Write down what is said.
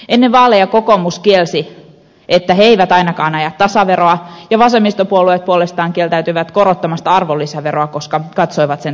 ennen vaaleja kokoomus kielsi että he eivät ainakaan aja tasaveroa ja vasemmistopuolueet puolestaan kieltäytyivät korottamasta arvonlisäveroa koska katsoivat sen tasaveroksi